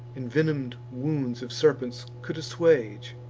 and venom'd wounds of serpents could assuage.